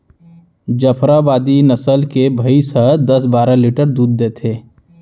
जफराबादी नसल के भईंस ह दस बारा लीटर दूद देथे